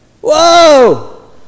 Whoa